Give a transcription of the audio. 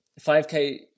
5K